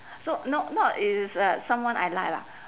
so no not it is uh someone I like lah